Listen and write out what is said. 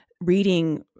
reading